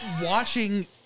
watching